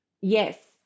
Yes